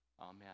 Amen